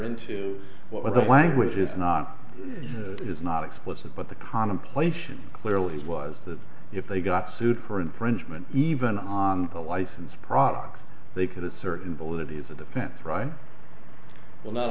into what the language is not is not explicit but the contemplation clearly is was that if they got sued for infringement even on the licensed products they could have certain validity as a defense right well